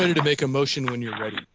and make a motion when you are ready.